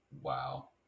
Wow